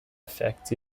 effect